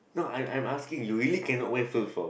no I'm I'm asking you really cannot wear flip flop